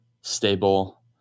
stable